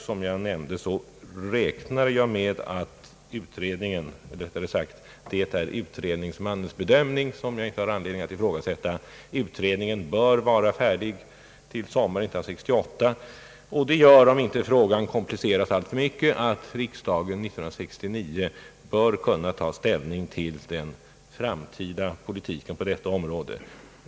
Som jag framhöll räknar jag med — jag bygger på utredningsmannens bedömning som jag inte har anledning att ifrågasätta — att ut redningen skall vara färdig till sommaren 1968. Det gör att riksdagen 1969, om inte frågan kompliceras alltför mycket, bör kunna ta ställning till den framtida politiken på detta område.